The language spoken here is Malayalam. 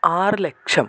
ആറ് ലക്ഷം